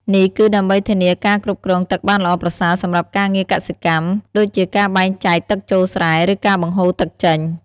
នេះគឺដើម្បីធានាការគ្រប់គ្រងទឹកបានល្អប្រសើរសម្រាប់ការងារកសិកម្ម ដូចជាការបែងចែកទឹកចូលស្រែ ឬការបង្ហូរទឹកចេញ។